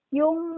yung